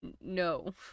no